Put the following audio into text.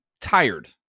tired